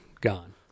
gone